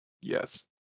Yes